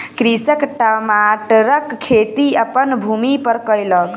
कृषक टमाटरक खेती अपन भूमि पर कयलक